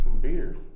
beer